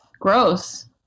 Gross